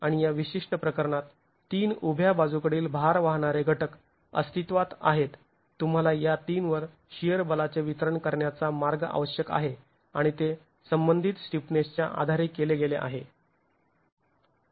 आणि या विशिष्ट प्रकरणात ३ उभ्या बाजूकडील भार वाहणारे घटक अस्तित्वात आहेत तुम्हाला या ३ वर शिअर बलाचे वितरण करण्याचा मार्ग आवश्यक आहे आणि ते संबंधित स्टिफनेसच्या आधारे केले गेले आहे